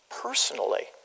personally